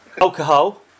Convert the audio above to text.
Alcohol